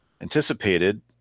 anticipated